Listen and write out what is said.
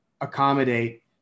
accommodate